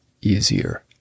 easier